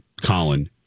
Colin